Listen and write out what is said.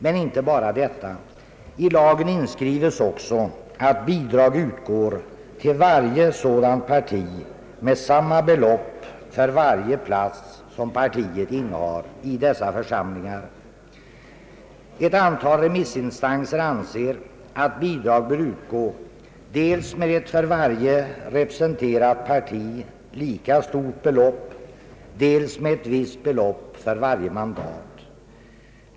Men inte bara detta; i lagen inskrives också att bidrag utgår till varje sådant parti med samma belopp för varje plats som partiet innehar i dessa församlingar. Ett antal remissinstanser anser att bidrag bör utgå dels med ett för varje representerat parti lika stort belopp, dels med ett visst belopp för varje mandat.